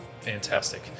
Fantastic